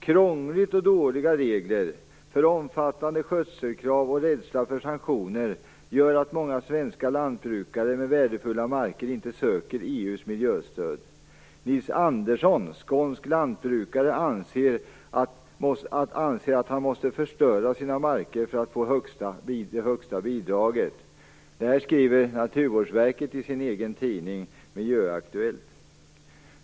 Krångligt och dåliga regler, för omfattande skötselkrav och rädsla för sanktioner gör att många svenska lantbrukare med värdefulla marker inte söker EU:s miljöstöd. Nils Andersson, skånsk lantbrukare, anser att han måste förstöra sina marker för att få det högsta bidraget. Detta skriver Naturvårdsverket i sin egen tidning Miljöaktuellt.